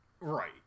right